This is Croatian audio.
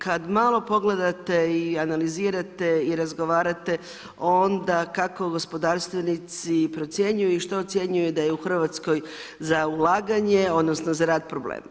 Kada malo pogledate i analizirate i razgovarate, onda kako gospodarstvenici procjenjuju i što ocjenjuju da je u Hrvatskoj, za ulaganje, odnosno, za rad problem.